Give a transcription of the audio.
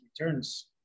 returns